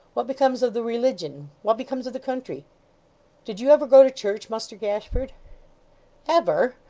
what becomes of the religion, what becomes of the country did you ever go to church, muster gashford ever!